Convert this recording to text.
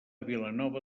vilanova